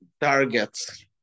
targets